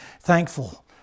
thankful